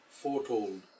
foretold